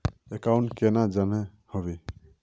Account केना जाननेहव?